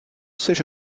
seja